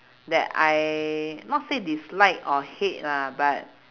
that I not say dislike or hate ah but